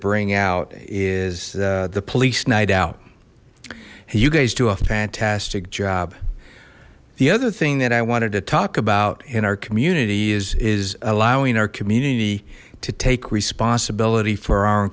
bring out is the police night out you guys do a fantastic job the other thing that i wanted to talk about in our community is is allowing our community to take responsibility for our